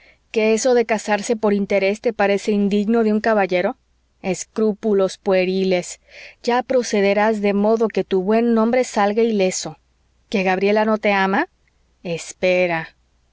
que eso de casarse por interés te parece indigno de un caballero escrúpulos pueriles ya procederás de modo que tu buen nombre salga ileso qué gabriela no te ama espera